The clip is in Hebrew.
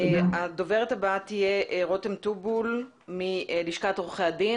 הדוברת הבאה תהיה עורכת הדין רותם טובול מלשכת עורכי הדין.